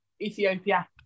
Ethiopia